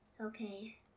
Okay